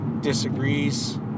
disagrees